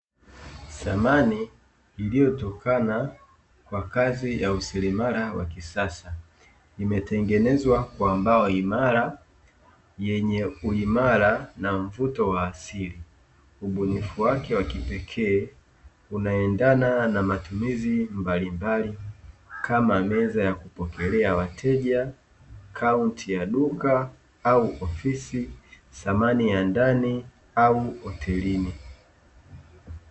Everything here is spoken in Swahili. Samani iliyotokana kwa kazi ya useremala wa kisasa, imetengenezwa kwa mbao imara yenye uimara na mvuto wa asili ubunifu wake wa kipekee; unaendana na matumizi mbalimbali kama meza ya kupokelea wateja, kaunta ya duka au ofisi samani ya ndani au hotelini.